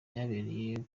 byabereye